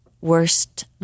worst